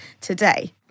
today